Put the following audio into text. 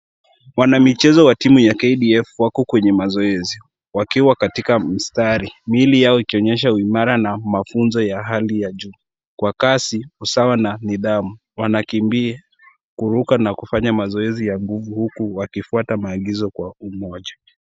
Wanamichezo wa timu wa kdf wako kwenye mazoezi wakiwa katika mstari miili yao ikionyesha imara na mafunzo ya hali ya juu, kwa kasi, usawa na nidhamu wanakimbia kuruka na kufanya mazoezi ya nguvu huku wakifuata maagizo kwa umoja.